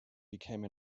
became